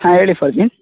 ಹಾಂ ಹೇಳಿ ಫರ್ಜಿನ್